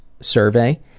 survey